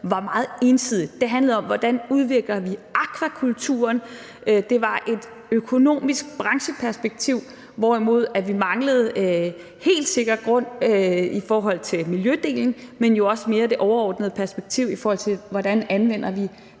var meget ensidigt. Det handlede om, hvordan vi udvikler akvakulturen. Det var et økonomisk brancheperspektiv, hvorimod vi manglede helt sikker grund i forhold til miljødelen, men jo også det mere overordnede perspektiv, i forhold til hvordan vi anvender